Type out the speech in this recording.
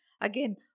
Again